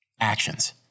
Actions